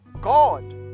God